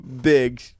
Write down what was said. big